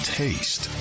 taste